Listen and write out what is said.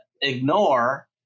ignore